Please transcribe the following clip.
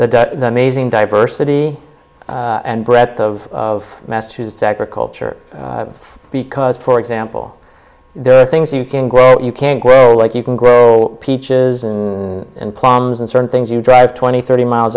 the amazing diversity and breadth of massachusetts agriculture because for example there are things you can grow you can grow like you can grow peaches and plums and certain things you drive twenty thirty miles